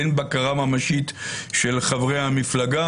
אין בקרה ממשית של חברי המפלגה.